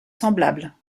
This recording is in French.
semblables